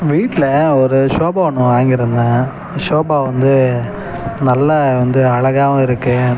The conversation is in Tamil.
வீட்டில் ஒரு ஷோபா ஒன்று வாங்கியிருந்தேன் ஷோபா வந்து நல்லா வந்து அழகாகவும் இருக்கு